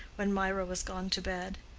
when mirah was gone to bed.